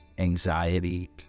Anxiety